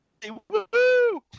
Woohoo